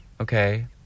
okay